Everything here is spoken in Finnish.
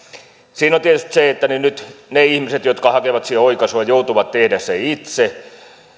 siinä on tietysti se että nyt ne ihmiset jotka hakevat siihen oikaisua joutuvat tekemään sen itse